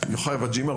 יוחאי וג'ימה,